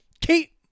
Keep